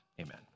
Amen